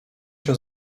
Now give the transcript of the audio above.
się